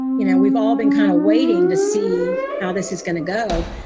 you know, we've all been kind of waiting to see how this is going to go.